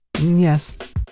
Yes